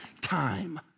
time